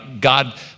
God